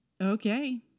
okay